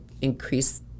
increase